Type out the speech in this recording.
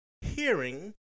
hearing